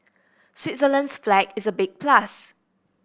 Switzerland's flag is a big plus